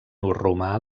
romà